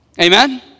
amen